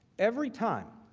every time